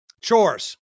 Chores